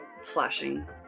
slashing